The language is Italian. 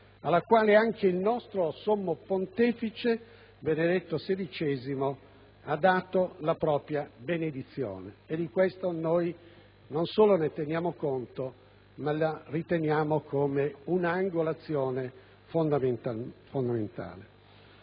alla quale anche il nostro Sommo Pontefice, Benedetto XVI, ha dato la propria benedizione. Noi non solo ne teniamo conto, ma la consideriamo una angolazione fondamentale.